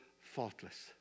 faultless